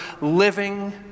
living